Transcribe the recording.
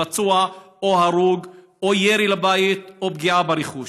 פצוע או הרוג או ירי לבית או פגיעה ברכוש.